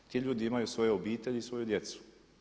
Ti ljudi imaju svoje obitelji i svoju djecu.